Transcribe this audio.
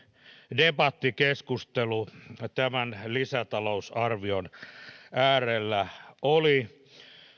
debattikeskustelu tämän lisätalousarvion äärellä oli